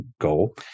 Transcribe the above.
goal